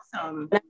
awesome